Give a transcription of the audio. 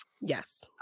Yes